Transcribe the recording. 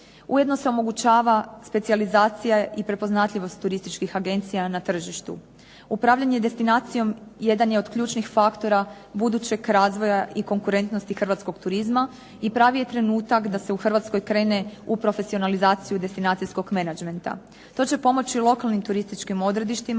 Ujedno se omogućava specijalizacija i prepoznatljivost turističkih agencija na tržištu. Upravljanje destinacijom jedan je od ključnih faktora budućeg razvoja i konkurentnosti hrvatskog turizma i pravi je trenutak da se u Hrvatskoj krene u profesionalizaciju destinacijskog menadžmenta. To će pomoći lokalnim turističkim odredištima,